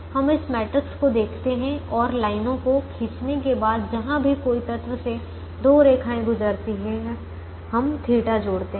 हम इस मैट्रिक्स को देखते हैं और लाइनों को खींचने के बाद जहाँ भी कोई तत्व से दो रेखाएं गुजरती है हम थीटा जोड़ते हैं